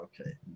Okay